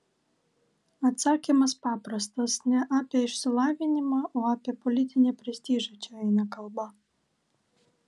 atsakymas paprastas ne apie išsilavinimą o apie politinį prestižą čia eina kalba